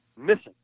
missing